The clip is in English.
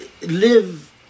live